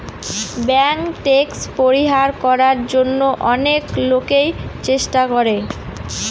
bank tax পরিহার করার জন্য অনেক লোকই চেষ্টা করে